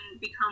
become